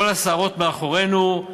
כל הסערות מאחורינו,